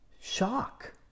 Shock